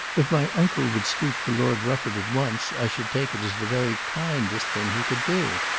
if my uncle would speak to lord rufford at once i should take it as the very kindest thing he could do.